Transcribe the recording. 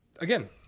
Again